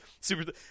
Super